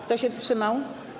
Kto się wstrzymał?